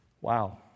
Wow